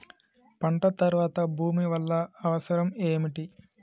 పంట తర్వాత భూమి వల్ల అవసరం ఏమిటి?